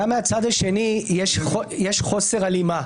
גם מהצד השני יש חוסר הלימה,